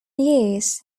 years